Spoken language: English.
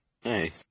Hey